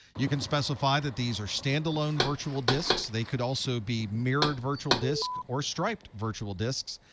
you can specify that these are standalone virtual disks. they could also be mirrored virtual disks or striped virtual disks.